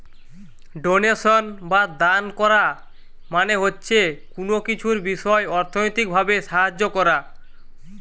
donation বা দান কোরা মানে হচ্ছে কুনো কিছুর বিষয় অর্থনৈতিক ভাবে সাহায্য কোরা